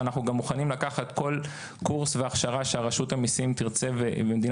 אנחנו גם מוכנים לקחת כל קורס והכשרה שרשות המיסים ומדינת